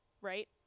right